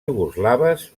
iugoslaves